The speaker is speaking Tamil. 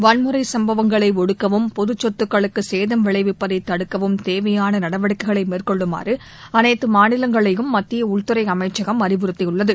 வன்முறைச் சம்பவங்களை ஒடுக்கவும் பொதுச்சொத்துக்களுக்கு சேதம் விளைவிப்பதை தடுக்கவும் தேவையான நடவடிக்கைகளை மேற்கொள்ளுமாறு அனைத்து மாநிலங்களையும் மத்திய உள்துறை அமைச்சகம் அறிவுறுத்தியுள்ளது